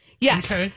Yes